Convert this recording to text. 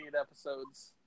episodes